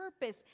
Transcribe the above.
purpose